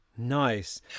nice